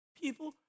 People